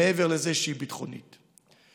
מעבר לזה שהיא עוצמתית ביטחונית.